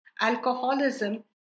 alcoholism